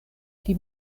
pli